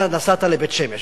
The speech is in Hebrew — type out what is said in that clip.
אתה נסעת לבית-שמש.